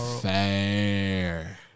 Fair